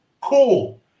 cool